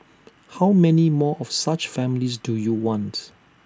how many more of such families do you want